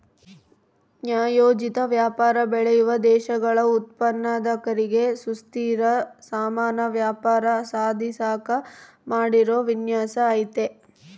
ನ್ಯಾಯೋಚಿತ ವ್ಯಾಪಾರ ಬೆಳೆಯುವ ದೇಶಗಳ ಉತ್ಪಾದಕರಿಗೆ ಸುಸ್ಥಿರ ಸಮಾನ ವ್ಯಾಪಾರ ಸಾಧಿಸಾಕ ಮಾಡಿರೋ ವಿನ್ಯಾಸ ಐತೆ